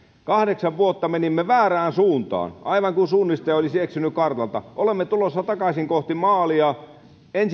kahdeksan vuotta menimme väärään suuntaan aivan kuin suunnistaja olisi eksynyt kartalta olemme tulossa takaisin kohti maalia